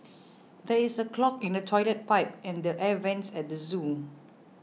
there is a clog in the Toilet Pipe and the Air Vents at the zoo